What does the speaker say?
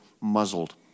muzzled